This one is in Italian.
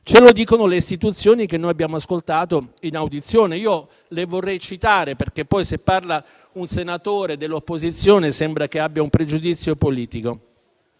ce lo dicono le istituzioni che noi abbiamo ascoltato in audizione. Io le vorrei citare, perché se parla un senatore dell'opposizione sembra che abbia un pregiudizio politico.